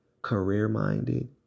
career-minded